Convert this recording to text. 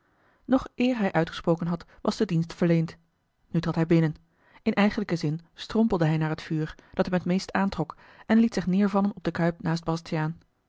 eer hij uitgesproken had was de dienst verleend nu trad hij binnen in eigenlijken zin strompelde hij naar het vuur dat hem het meest aantrok en liet zich neêrvallen op de kuip naast bastiaan